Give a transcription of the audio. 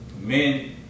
men